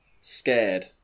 scared